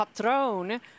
patroon